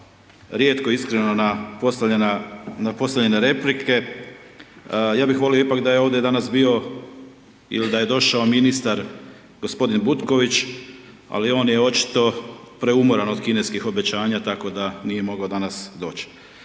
rijetko iskreno na postavljene replike, ja bih volio ipak da je ovdje danas bio ili da je došao ministar, g. Butković, ali on je očito preumoran od kineskih obećanja tako da nije mogao danas doći.